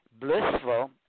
blissful